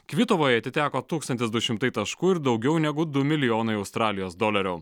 kvitovai atiteko tūkstantis du šimtai taškų ir daugiau negu du milijonai australijos dolerių